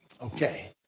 Okay